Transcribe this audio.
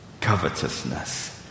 covetousness